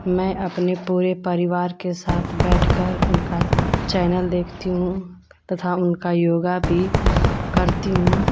मैं अपने पूरे परिवार के साथ बैठ कर उनका चैनल देखती हुँ तथा उनका योग भी करती हूँ